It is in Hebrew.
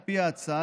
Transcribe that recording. על פי ההצעה,